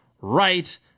right